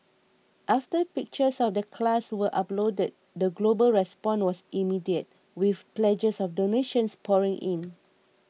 after pictures of the class were uploaded the global response was immediate with pledges of donations pouring in